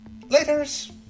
Laters